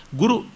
guru